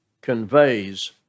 conveys